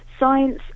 Science